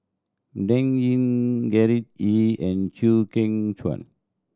Dan Ying Gerard Ee and Chew Kheng Chuan